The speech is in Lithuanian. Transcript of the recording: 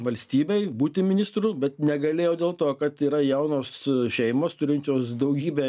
valstybei būti ministru bet negalėjo dėl to kad yra jaunos šeimos turinčios daugybę